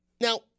Now